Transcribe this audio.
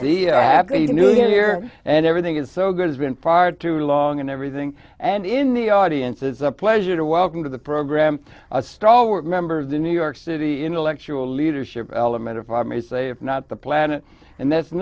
the happy new year and everything is so good it's been far too long and everything and in the audience is a pleasure to welcome to the program a stalwart member of the new york city intellectual leadership element if i may say if not the planet and that's